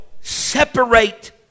separate